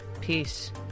Peace